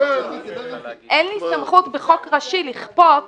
אין לי סמכות בחוק ראשי לכפות